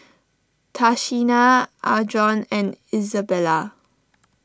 Tashina Adron and Izabella